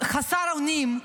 חסר אונים,